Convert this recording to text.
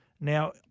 Now